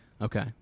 Okay